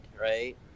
right